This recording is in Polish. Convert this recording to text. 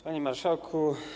Panie Marszałku!